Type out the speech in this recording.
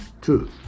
Two